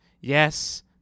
Yes